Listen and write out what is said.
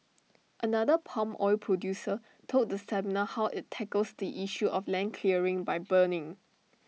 another palm oil producer told the seminar how IT tackles the issue of land clearing by burning